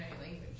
language